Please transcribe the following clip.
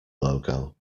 logo